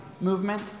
movement